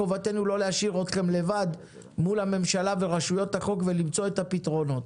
חובתנו לא להשאיר אתכם לבד מול הממשלה ורשויות החוק ולמצוא את הפתרונות.